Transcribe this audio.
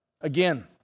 Again